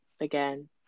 again